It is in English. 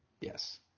Yes